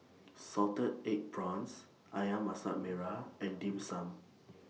Salted Egg Prawns Ayam Masak Merah and Dim Sum